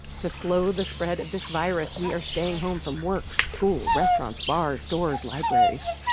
to slow the spread of this virus, we are staying home from work, school, restaurants, bars, stores, libraries.